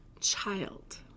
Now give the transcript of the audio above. child